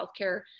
healthcare